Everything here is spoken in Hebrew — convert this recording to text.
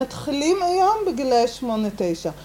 מתחילים היום בגילאי 8-9